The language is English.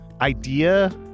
idea